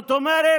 זאת אומרת,